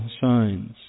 signs